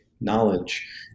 knowledge